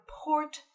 report